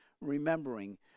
remembering